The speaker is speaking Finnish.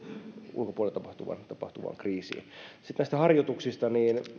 tapahtuvaan kriisiin sitten näistä harjoituksista